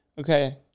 Okay